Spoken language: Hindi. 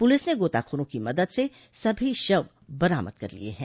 पुलिस ने गोताखोरों की मदद से सभी शव बरामद कर लिय हैं